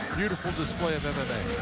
beautiful display of um and